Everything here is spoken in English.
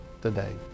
today